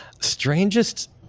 strangest